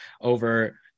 over